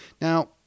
Now